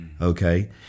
okay